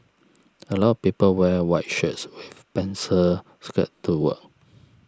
a lot of people wear white shirts with pencil skirt to work